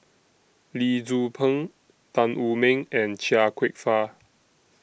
Lee Tzu Pheng Tan Wu Meng and Chia Kwek Fah